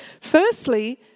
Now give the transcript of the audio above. Firstly